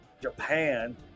Japan